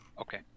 Okay